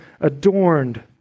adorned